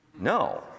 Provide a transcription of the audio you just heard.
no